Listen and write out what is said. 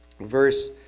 Verse